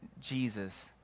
Jesus